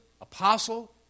apostle